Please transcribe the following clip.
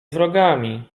wrogami